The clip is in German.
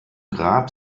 grab